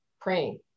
praying